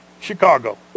Chicago